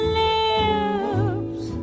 lips